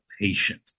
patient